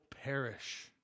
perish